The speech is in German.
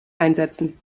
einsetzen